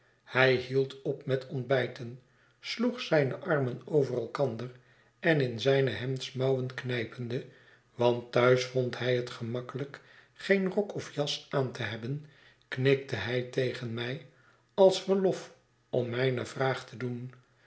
hij hield op met ontbijten sloeg zijne armen over elkander en in zijne hemdsmouwen knijpende want thuis vond hij het gemakkelijk geen rok of jasaante hebben knikte hy tegen mij als verlof om mijne vraag te doen